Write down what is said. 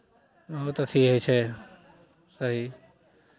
बहुत अथी होइ छै सही